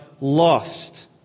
lost